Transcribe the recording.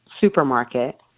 supermarket